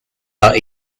are